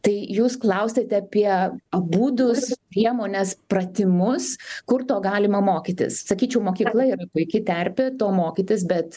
tai jūs klausiate apie būdus priemones pratimus kur to galima mokytis sakyčiau mokykla yra puiki terpė to mokytis bet